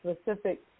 specific